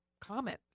comment